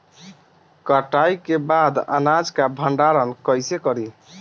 कटाई के बाद अनाज का भंडारण कईसे करीं?